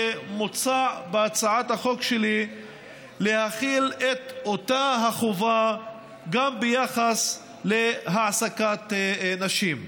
ומוצע בהצעת החוק שלי להחיל את אותה חובה גם ביחס להעסקת נשים.